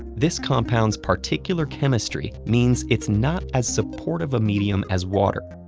this compound's particular chemistry means it's not as supportive a medium as water.